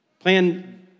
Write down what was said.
Plan